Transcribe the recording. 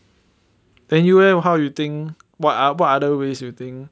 then you eh how you think what ah what other ways you think